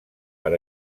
per